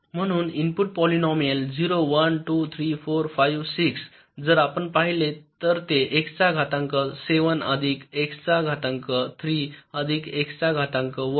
म्हणून input polynomial 0 1 2 3 4 5 6 जर आपण पाहिले तर ते X चा घातांक ७ अधिक X चा घातांक ३ अधिक X चा घातांक १